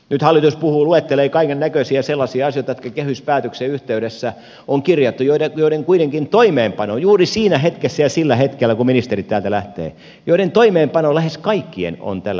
nyt hallitus puhuu luettelee kaiken näköisiä sellaisia asioita joita kehyspäätöksen yhteydessä on kirjattu joiden toimeenpano kuitenkin juuri siinä hetkessä ja sillä hetkellä kun ministerit täältä lähtevät lähes kaikkien on tällä hetkellä vielä kesken